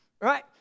right